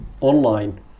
online